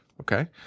Okay